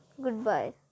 goodbye